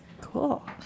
cool